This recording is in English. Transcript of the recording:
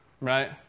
right